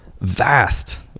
vast